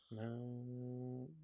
No